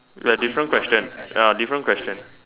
we're different question we're different question